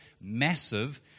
massive